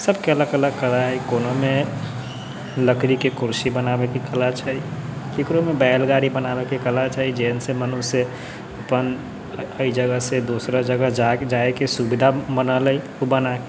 सभके अलग अलग कला हय कोनोमे लकड़ीके कुर्सी बनाबैके कला छै ककरोमे बैलगाड़ी बनाबैके कला छै जाहिसँ से मनुष्य अपन अय जगहसँ दोसरा जगह जा जाइके सुविधा बनलै बना